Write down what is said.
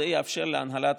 זה יאפשר להנהלת